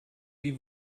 wie